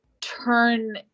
turn